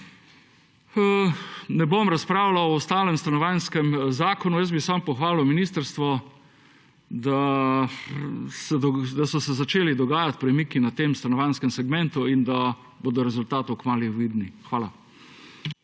Ne bom razpravljal o starem Stanovanjskem zakonu, jaz bi samo pohvalil ministrstvo, da so se začeli dogajati premiki na tem stanovanjskem segmentu in da bodo rezultati kmalu vidni. Hvala.